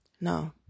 No